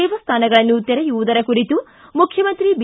ದೇವಸ್ಥಾನಗಳನ್ನು ತೆರೆಯುವುದರ ಕುರಿತು ಮುಖ್ಯಮಂತ್ರಿ ಬಿ